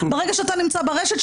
ברגע שאתה נמצא ברשת,